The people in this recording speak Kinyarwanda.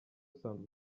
usanzwe